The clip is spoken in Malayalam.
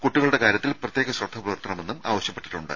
കുട്ടികളുടെ കാര്യത്തിൽ പ്രത്യേക ശ്രദ്ധ പുലർത്തണമെന്നും ആവശ്യപ്പെട്ടിട്ടുണ്ട്